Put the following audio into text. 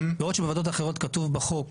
לא רק שבוועדות האחרות כתוב בחוק